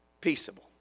peaceable